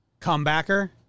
Comebacker